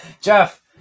Jeff